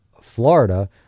Florida